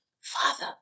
Father